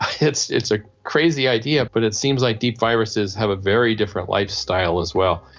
ah it's it's a crazy idea but it seems like deep viruses have a very different lifestyle as well.